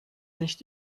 nicht